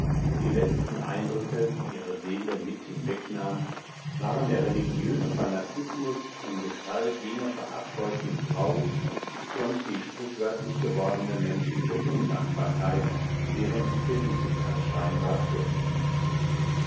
die letzten eindrücke die ihre seele mit hinwegnahm waren der religiöse fanatismus in gestalt jener verabscheuten frau und die sprichwörtlich gewordene menschliche undankbarkeit deren sich felicitas scheinbar schuldig machte